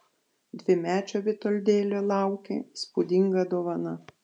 dvimečio vitoldėlio laukė įspūdinga dovana